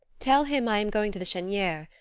tell him i am going to the cheniere.